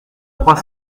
trois